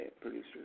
producers